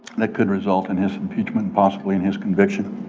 and they could result in his impeachment possibly in his conviction.